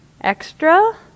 extra